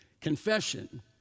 Confession